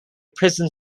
prison